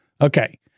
Okay